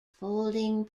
folding